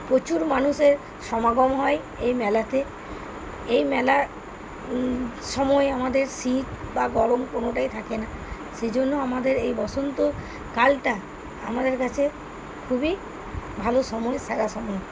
প্রচুর মানুষের সমাগম হয় এই মেলাতে এই মেলা সময় আমাদের শীত বা গরম কোনোটাই থাকে না সেজন্য আমাদের এই বসন্ত কালটা আমাদের কাছে খুবই ভালো সময় সেরা সময়